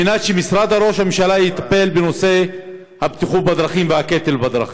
כדי שמשרד ראש הממשלה יטפל בנושא הבטיחות בדרכים